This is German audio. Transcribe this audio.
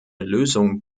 lösung